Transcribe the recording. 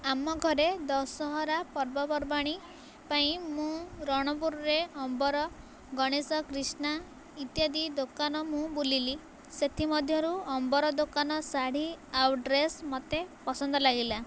ଆମ ଘରେ ଦଶହରା ପର୍ବପର୍ବାଣୀ ପାଇଁ ମୁଁ ରଣପୁରରେ ଅମ୍ବର ଗଣେଶ କ୍ରୀଷ୍ଣା ଇତ୍ୟାଦି ଦୋକାନ ମୁଁ ବୁଲିଲି ସେଥିମଧ୍ୟରୁ ଅମ୍ବର ଦୋକାନ ଶାଢ଼ୀ ଆଉ ଡ୍ରେସ୍ ମୋତେ ପସନ୍ଦ ଲାଗିଲା